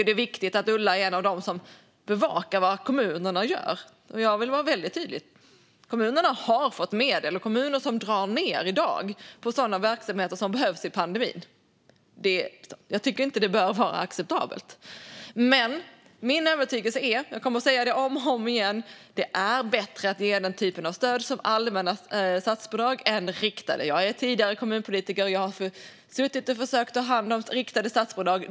Det är viktigt att Ulla är en av dem som bevakar vad kommunerna gör. Jag vill vara väldigt tydlig: Kommunerna har fått medel, och jag tycker inte att det bör accepteras att kommuner i dag drar ned på sådana verksamheter som behövs i pandemin. Min övertygelse är dock - jag kommer att säga det om och om igen - att det är bättre att vi ger stöd i form av allmänna statsbidrag i stället för riktade. Jag är tidigare kommunpolitiker och har suttit och försökt ta hand om riktade statsbidrag.